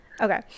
okay